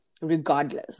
regardless